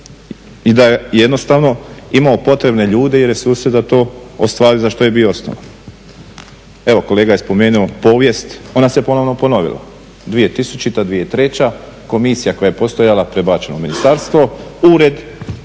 i da je jednostavno imao potrebne ljude i resurse da to ostvari da to ostvari za što je bio osnovan. Evo kolega je spomenuo povijest, ona se ponovo ponovila. 2000.-2003.komisija i koja je postojala prebačena u ministarstvo, ured